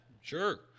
Sure